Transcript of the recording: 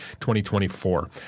2024